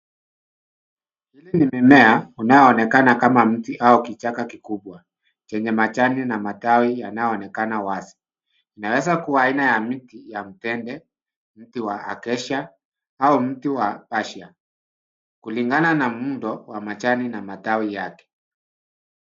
Hili ni mimea unaoonekana kama mti au kichaka kikubwa chenye majani na matawi yanayoonekana wazi. Inaweza kuwa aina ya miti ya mtembe, mti wa accacia au mti wa acia, kulingana na muundo wa majani na matawi yake.